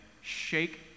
shake